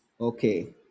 Okay